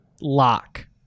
lock